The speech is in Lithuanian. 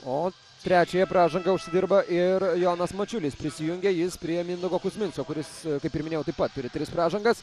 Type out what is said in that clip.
o trečiąją pražangą užsidirba ir jonas mačiulis prisijungė jis prie mindaugo kuzminsko kuris kaip ir minėjau taip pat turi tris pražangas